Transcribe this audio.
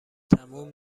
تموم